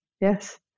yes